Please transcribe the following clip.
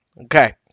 Okay